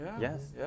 Yes